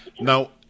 Now